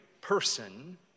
person